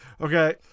okay